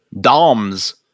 DOMs